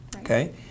okay